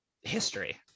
history